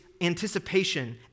anticipation